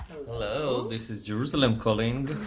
hello this is jerusalem calling.